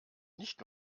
nicht